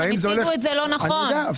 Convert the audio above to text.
זה לא נכון.